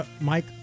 Mike